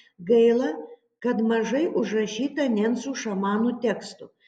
gaila kad mažai užrašyta nencų šamanų tekstų